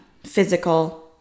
physical